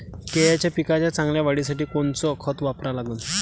केळाच्या पिकाच्या चांगल्या वाढीसाठी कोनचं खत वापरा लागन?